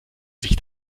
sich